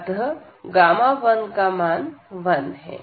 अतः 1 का मान 1 है